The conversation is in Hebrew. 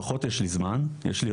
פחות יש לי זמן להתעסק באיך מרגיש המטופל